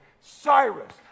Cyrus